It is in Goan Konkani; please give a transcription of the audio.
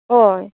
हय